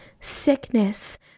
sickness